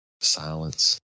silence